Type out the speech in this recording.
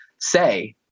say